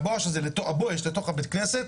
ה"בואש" הזה לתוך בית הכנסת,